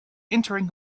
entering